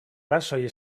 rasoj